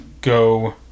go